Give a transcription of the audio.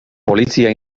polizia